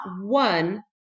one